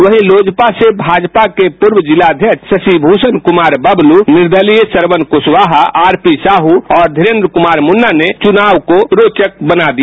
वहीं एलजेपी से भाजपा के पूर्व जिलाध्यक्ष शशि भूषण कुमार निर्दलीय श्रवण कुशवाहा आरपी साहू और धिरेंद्र कुमार मुन्ना ने चुनाव को रोचक बना दिया है